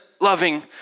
loving